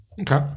okay